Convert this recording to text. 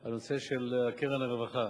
על הנושא של קרן הרווחה.